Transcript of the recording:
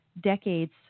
decades